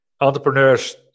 entrepreneurs